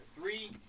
Three